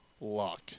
luck